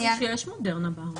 יש מודרנה בארץ.